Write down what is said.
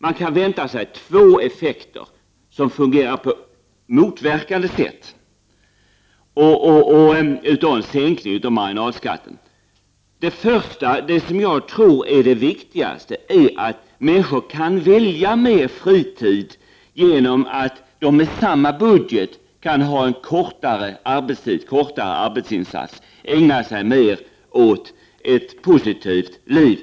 Man kan vänta sig två effekter, som fungerar på motverkande sätt, av en sänkning av marginalskatten: Den första effekten, som jag tror är den viktigaste, är att människor kan välja mer fritid genom att de med samma budget kan ha kortare arbetstid och ägna sig mer åt ett positivt liv.